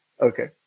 Okay